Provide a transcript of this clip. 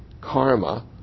karma